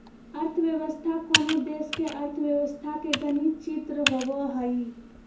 अर्थव्यवस्था कोनो देश के अर्थव्यवस्था के गणित चित्र होबो हइ